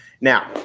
Now